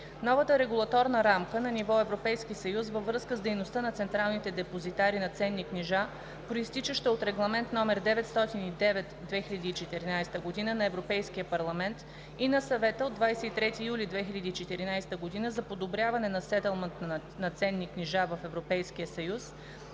Новата регулаторна рамка на ниво Европейски съюз във връзка с дейността на централните депозитари на ценни книжа, произтичаща от Регламент № 909/2014 на Европейския парламент и на Съвета от 23 юли 2014 г. за подобряване на сетълмента на ценни книжа в Европейския съюз